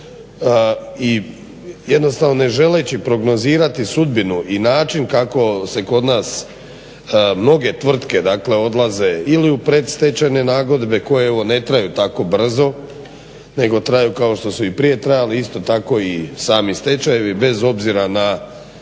i jednostavno ne želeći prognozirati sudbinu i način kako se kod nas mnoge tvrtke dakle dolaze ili u predstečajne nagodbe koje evo ne traju evo tako brzo nego traju kao što su i prije trajale, isto tako i sami stečajevi bez obzira na